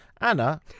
anna